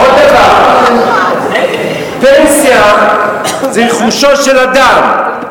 ועוד דבר, פנסיה היא רכושו של אדם.